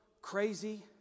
crazy